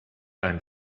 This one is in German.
ein